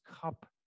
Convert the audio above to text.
cup